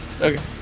Okay